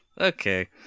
Okay